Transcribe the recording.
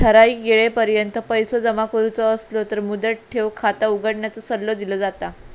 ठराइक येळेपर्यंत पैसो जमा करुचो असलो तर मुदत ठेव खाता उघडण्याचो सल्लो दिलो जाता